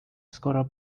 skoro